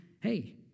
hey